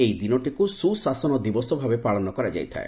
ଏହି ଦିନଟିକୁ ସୁଶାସନ ଦିବସ ଭାବରେ ପାଳନ କରାଯାଇଥାଏ